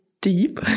deep